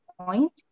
point